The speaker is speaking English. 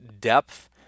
depth